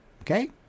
Okay